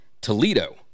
Toledo